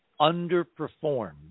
underperformed